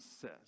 says